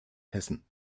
hessen